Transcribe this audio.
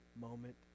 moment